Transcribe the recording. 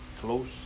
close